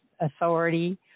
authority